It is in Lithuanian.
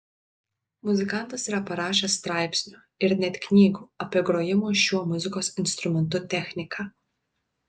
muzikantas yra parašęs straipsnių ir net knygų apie grojimo šiuo muzikos instrumentu techniką